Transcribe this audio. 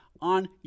on